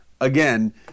again